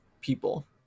people